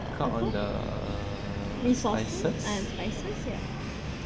cut on the spices